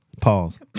Pause